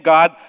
God